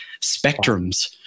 spectrums